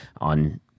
on